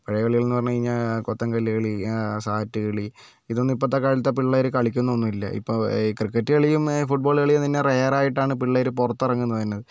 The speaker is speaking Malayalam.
പഴയ കളികളെന്നു പറഞ്ഞു കഴിഞ്ഞാൽ കൊത്തം കല്ല് കളി സാറ്റ് കളി ഇതൊന്നും ഇപ്പൊഴത്തെ കാലത്തെ പിള്ളേർ കളിക്കുന്നൊന്നും ഇല്ല ഇപ്പോൾ ക്രിക്കറ്റ് കളിയും ഫുട്ബോള് കളിയും തന്നെ റെയറായിട്ടാണ് പിള്ളേർ പുറത്തിറങ്ങുന്നത് തന്നെ